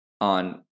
on